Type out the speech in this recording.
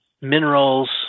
minerals